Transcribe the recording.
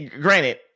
granted